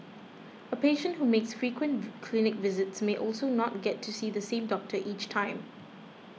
a patient who makes frequent clinic visits may also not get to see the same doctor each time